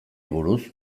buruz